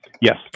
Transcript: Yes